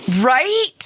Right